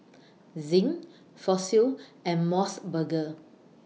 Zinc Fossil and Mos Burger